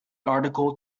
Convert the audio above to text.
article